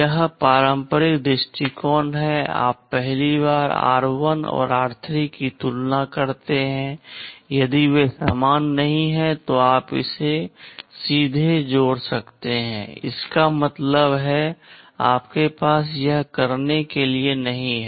यह पारंपरिक दृष्टिकोण है आप पहली बार r1 और r3 की तुलना करते हैं यदि वे समान नहीं हैं तो आप सीधे छोड़ सकते हैं इसका मतलब है आपके पास यह करने के लिए नहीं है